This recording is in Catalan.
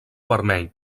vermell